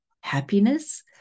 happiness